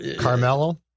Carmelo